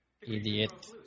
Idiot